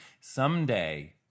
someday